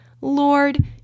Lord